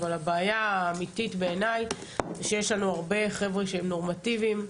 אבל הבעיה האמיתית בעיניי היא שיש לנו הרבה חבר'ה שהם נורמטיביים,